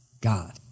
God